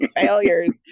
failures